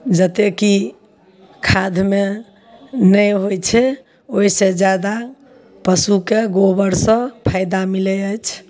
जते की खादमे नहि होइ छै ओइसँ जादा पशुके गोबरसँ फायदा मिलय अछि